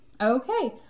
Okay